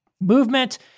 movement